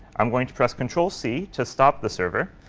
i'm going to press control c to stop the server,